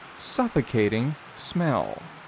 suffocating smell.